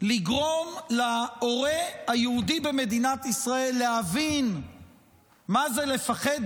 לגרום להורה היהודי במדינת ישראל להבין מה זה לפחד